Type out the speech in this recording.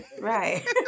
Right